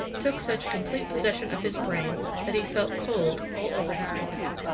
took such complete possession of his brain that he felt cold all over his body.